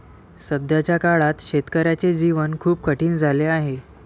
सध्याच्या काळात शेतकऱ्याचे जीवन खूप कठीण झाले आहे